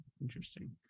Interesting